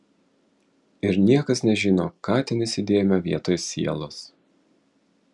ir niekas nežino ką ten įsidėjome vietoj sielos